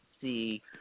see